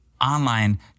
online